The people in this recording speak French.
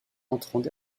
entrant